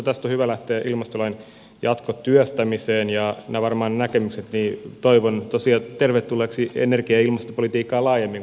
tästä on hyvä lähteä ilmastolain jatkotyöstämiseen ja nämä näkemykset toivotan tosiaan tervetulleeksi energia ja ilmastopolitiikkaan laajemmin kun sitä eduskunnassa valmistellaan